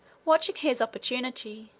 watching his opportunity,